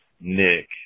Nick